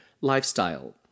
lifestyle